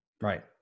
Right